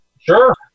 Sure